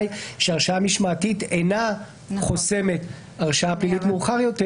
היא שהרשעה משמעתית אינה חוסמת הרשעה פלילית מאוחר יותר.